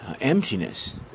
emptiness